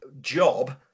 job